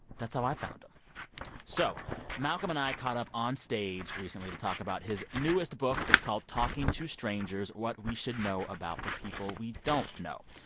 that's how i found him so malcolm and i caught up on stage recently to talk about his newest book. it's called talking to strangers what we should know about the people we don't know.